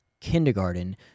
kindergarten